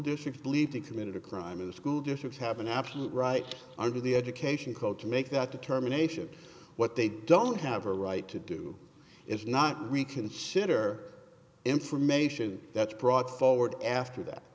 district believed the community crime in the school districts have an absolute right under the education called to make that determination what they don't have a right to do is not reconsider information that's brought forward after that